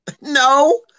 No